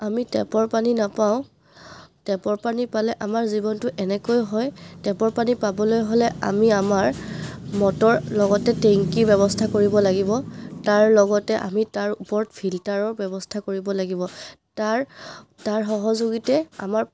আমি টেপৰ পানী নাপাওঁ টেপৰ পানী পালে আমাৰ জীৱনটো এনেকৈ হয় টেপৰ পানী পাবলৈ হ'লে আমি আমাৰ মটৰ লগতে টেংকি ব্যৱস্থা কৰিব লাগিব তাৰ লগতে আমি তাৰ ওপৰত ফিল্টাৰৰ ব্যৱস্থা কৰিব লাগিব তাৰ তাৰ সহযোগীতে আমাৰ